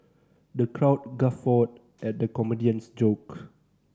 the crowd guffawed at the comedian's joke